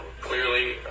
Clearly